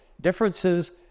differences